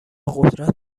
قدرت